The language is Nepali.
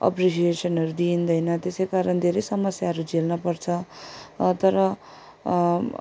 अप्रिसिएसनहरू दिइँदैन त्यसै कारण धेरै समस्याहरू झेल्न पर्छ तर